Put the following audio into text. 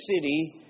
city